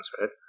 right